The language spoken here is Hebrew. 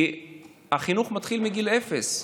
כי החינוך מתחיל מגיל אפס.